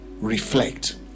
reflect